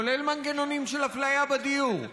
כולל מנגנונים של אפליה בדיור,